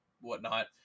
whatnot